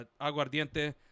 aguardiente